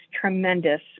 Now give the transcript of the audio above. tremendous